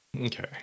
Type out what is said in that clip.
Okay